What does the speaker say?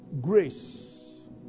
Grace